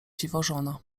dziwożona